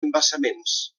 embassaments